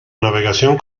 navegación